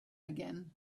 again